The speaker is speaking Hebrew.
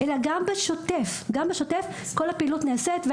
אלא גם בשוטף כל הפעילות נעשית,